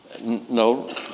No